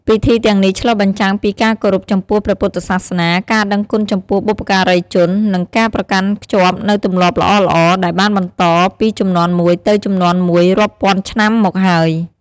ពិធីទាំងនេះឆ្លុះបញ្ចាំងពីការគោរពចំពោះព្រះពុទ្ធសាសនា ការដឹងគុណចំពោះបុព្វការីជន និងការប្រកាន់ខ្ជាប់នូវទម្លាប់ល្អៗដែលបានបន្តពីជំនាន់មួយទៅជំនាន់មួយរាប់ពាន់ឆ្នាំមកហើយ។